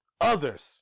Others